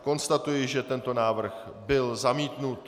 Konstatuji, že tento návrh byl zamítnut.